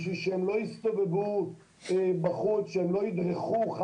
בשביל שהם לא יסתובבו בחוץ וידרכו על